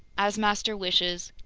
as master wishes.